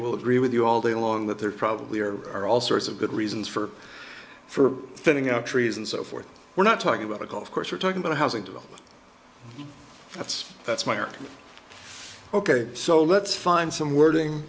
will agree with you all day long that there probably are all sorts of good reasons for for thinning out trees and so forth we're not talking about a golf course we're talking about a housing development that's that's where ok so let's find some wording